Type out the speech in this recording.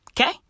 Okay